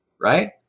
Right